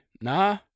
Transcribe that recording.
Nah